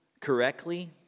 correctly